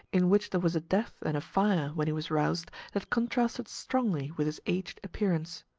in which there was a depth and a fire when he was roused that contrasted strongly with his aged appearance.